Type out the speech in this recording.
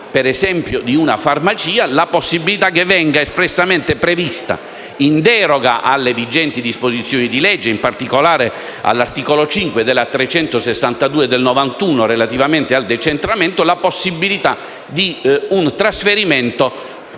ad esempio, di una farmacia, vi sia la possibilità che venga espressamente prevista, in deroga alle vigenti disposizioni di legge, in particolare all'articolo 5 della legge n. 362 del 1991 relativamente al decentramento, la possibilità di un trasferimento